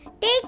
take